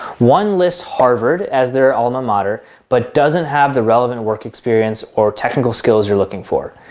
one lists harvard as their alma mater but doesn't have the relevant work experience or technical skills you're looking for.